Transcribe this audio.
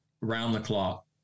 round-the-clock